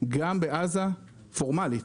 גם בעזה פורמלית